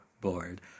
bored